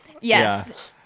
Yes